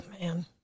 man